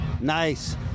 nice